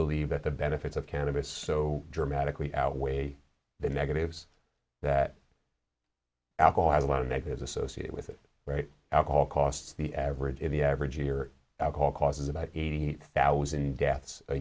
believe that the benefits of cannabis so dramatically outweigh the negatives that apple has a lot of negatives associated with it right alcohol costs the average in the average year alcohol causes about eighty thousand deaths a